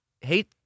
hate